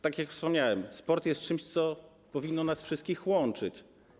Tak jak wspomniałem, sport jest czymś, co powinno nas wszystkich łączyć.